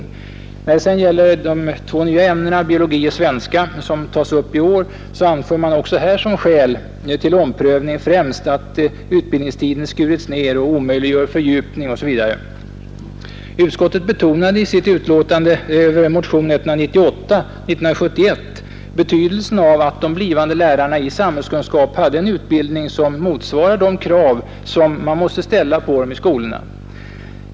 Även när det gäller de två nya ämnena, biologi och svenska, som tas upp i år, anför man som skäl till omprövning främst att utbildningstiden skurits ned och omöjliggör fördjupning. Utskottet betonade i sitt betänkande över motionen 198 år 1971 betydelsen av att de blivande lärarna i samhällskunskap hade utbildning som motsvarar de krav man måste ställa på dem i skolorna.